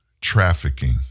trafficking